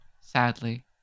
sadly